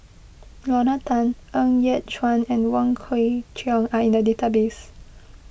Lorna Tan Ng Yat Chuan and Wong Kwei Cheong are in the database